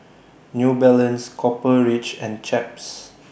New Balance Copper Ridge and Chaps